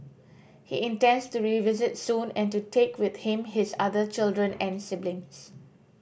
he intends to revisit soon and to take with him his other children and siblings